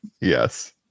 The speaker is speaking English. yes